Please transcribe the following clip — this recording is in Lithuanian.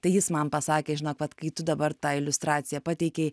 tai jis man pasakė žinok vat kai tu dabar tai iliustraciją pateikei